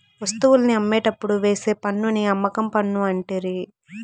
వస్తువుల్ని అమ్మేటప్పుడు వేసే పన్నుని అమ్మకం పన్ను అంటిరి